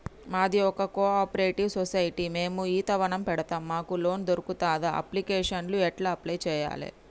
మాది ఒక cooperative society మేము ఈత వనం పెడతం మాకు లోన్ దొర్కుతదా? అప్లికేషన్లను ఎట్ల అప్లయ్ చేయాలే?